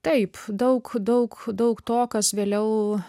taip daug daug daug to kas vėliau